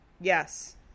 Yes